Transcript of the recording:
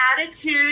attitude